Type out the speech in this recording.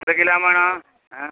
എത്ര കിലോ വേണം ആ